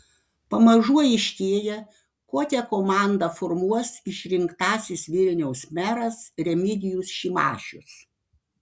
pamažu aiškėja kokią komandą formuos išrinktasis vilniaus meras remigijus šimašius